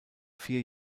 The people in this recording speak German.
vier